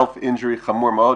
פגיעה עצמית חמורה מאוד,